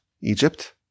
Egypt